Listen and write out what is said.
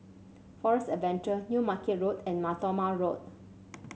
Forest Adventure New Market Road and Mar Thoma Road